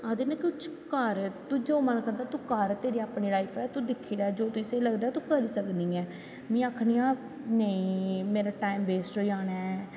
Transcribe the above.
आखदे कुश कर जो मन करदा ऐ तूं कर तेरी अपनी लाईफ ऐ जो तुगी स्हेई लगदा ऐ तूं करी सकदी ऐं में आखनीं आं नेंई मेरा टाईम बेस्ट होई जानां ऐ